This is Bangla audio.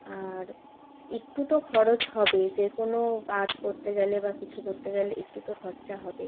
আর একটু তো খরচ হবেই যে কোনো আর্ট করতে গেলে বা কিছু করতে গেলে একটু তো খরচা হবেই